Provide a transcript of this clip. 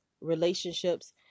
relationships